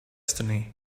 destiny